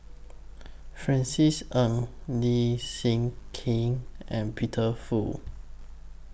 Francis Ng Leslie Kee and Peter Fu